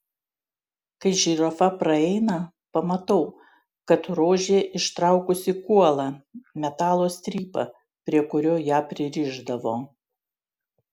kai žirafa praeina pamatau kad rožė ištraukusi kuolą metalo strypą prie kurio ją pririšdavo